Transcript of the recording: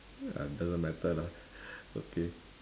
doesn't matter lah okay